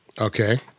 Okay